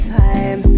time